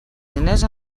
diners